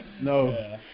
no